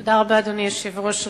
תודה רבה, אדוני היושב-ראש.